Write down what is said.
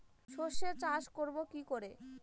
সর্ষে চাষ করব কি করে?